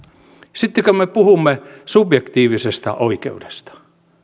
sitten kun me puhumme subjektiivisesta oikeudesta